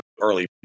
early